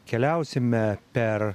keliausime per